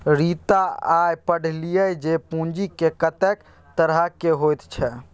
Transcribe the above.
रीता आय पढ़लीह जे पूंजीक कतेक तरहकेँ होइत छै